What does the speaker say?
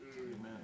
Amen